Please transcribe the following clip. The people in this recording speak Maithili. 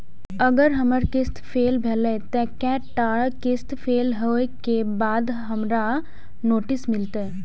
अगर हमर किस्त फैल भेलय त कै टा किस्त फैल होय के बाद हमरा नोटिस मिलते?